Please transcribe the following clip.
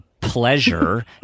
pleasure